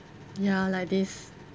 ya like this